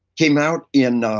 came out in.